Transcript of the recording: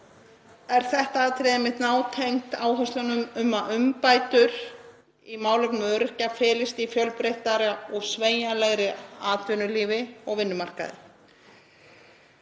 Þetta atriði er einmitt nátengt áherslunum um að umbætur í málefnum öryrkja felist í fjölbreyttara og sveigjanlegra atvinnulífi og vinnumarkaði.